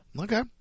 Okay